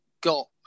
got